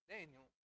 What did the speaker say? Daniel